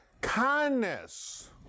kindness